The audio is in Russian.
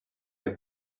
так